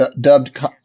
Dubbed